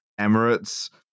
emirates